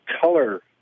color